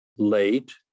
late